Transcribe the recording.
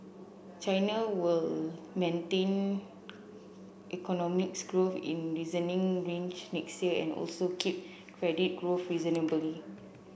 China will maintain economics growth in reasoning range next year and also keep credit growth reasonably